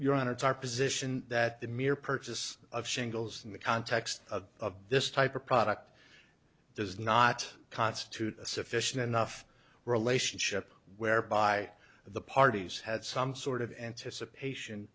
your own it's our position that the mere purchase of shingles in the context of this type of product does not constitute a sufficient enough relationship whereby the parties had some sort of anticipation